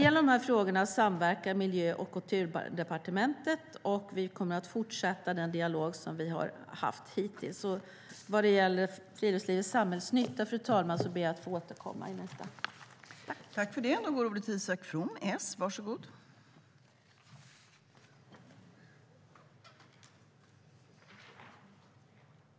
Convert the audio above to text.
I dessa frågor samverkar Miljö och Kulturdepartementen. Vi kommer att fortsätta den dialog vi har haft hittills. Vad gäller friluftslivets samhällsnytta ber jag att få återkomma i nästa anförande.